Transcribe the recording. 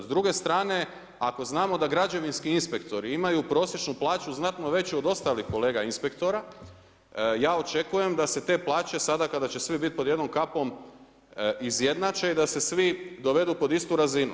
S druge strane, ako znamo da građevinski inspektori imaju prosječnu plaću znatno veću od ostalih kolega inspektora, ja očekujem da se te plaće sada kada će sve biti pod jednom kapom izjednače i da se svi dovedi pod istu razinu.